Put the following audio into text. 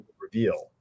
reveal